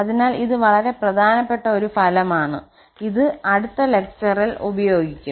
അതിനാൽ ഇത് വളരെ പ്രധാനപ്പെട്ട ഒരു ഫലമാണ് ഇത് അടുത്ത പ്രഭാഷണത്തിൽ ഉപയോഗിക്കും